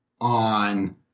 on